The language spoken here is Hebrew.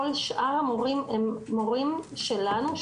כל שאר המורים הם מורים שלנו,